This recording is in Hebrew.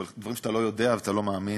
אבל דברים שאתה לא יודע ואתה לא מאמין.